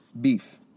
beef